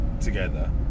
together